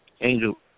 Angel